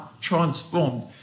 transformed